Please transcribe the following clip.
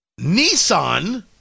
Nissan